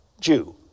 jew